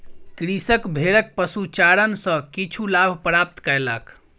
कृषक भेड़क पशुचारण सॅ किछु लाभ प्राप्त कयलक